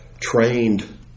trained